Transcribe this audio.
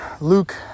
luke